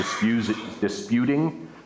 disputing